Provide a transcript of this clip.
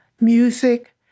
music